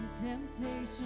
temptation